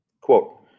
Quote